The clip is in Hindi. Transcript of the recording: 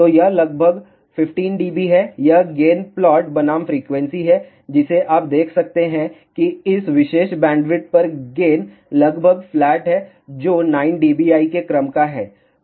तो यह लगभग 15 dB है यह गेन प्लॉट बनाम फ्रीक्वेंसी है जिसे आप देख सकते हैं कि इस विशेष बैंडविड्थ पर गेन लगभग फ्लैट है जो 9 dBi के क्रम का है